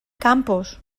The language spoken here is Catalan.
campos